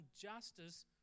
justice